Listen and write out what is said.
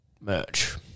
merch